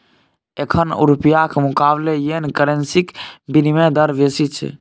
एखन रुपाक मुकाबले येन करेंसीक बिनिमय दर बेसी छै